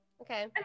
okay